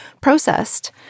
processed